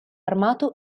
armato